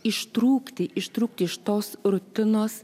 ištrūkti ištrūkti iš tos rutinos